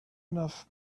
enough